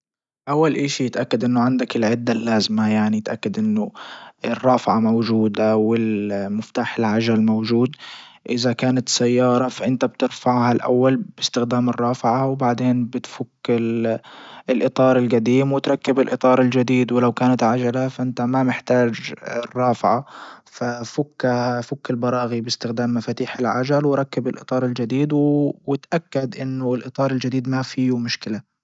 اول اشي يتأكد انه عندك العدة اللازمة يعني تأكد انه الرافعة موجودة والمفتاح العجل موجود اذا كانت سيارة فانت بترفعها الاول باستخدام الرافعة وبعدين بتفك الاطار الجديم وتركب الاطار الجديد ولو كانت عجلة فانت ما محتاج الرافعة ففكها فك البراغي باستخدام مفاتيح العجل وركب الاطار الجديد وتأكد انه الاطار الجديد ما فيو مشكلة.